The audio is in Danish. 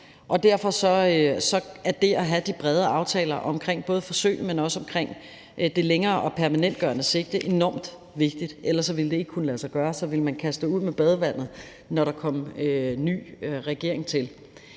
derfor er det at have de brede aftaler omkring både forsøg, men også omkring det længere og permanentgørende sigte enormt vigtigt. Ellers vil det ikke kunne lade sig gøre. Så ville man kaste det ud med badevandet, når der kom ny regering til.